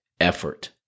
effort